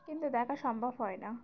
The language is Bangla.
কিন্তু দেখা সম্ভব হয় না